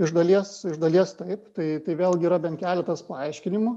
iš dalies iš dalies taip tai tai vėlgi yra bent keletas paaiškinimų